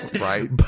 right